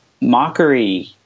mockery